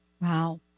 Wow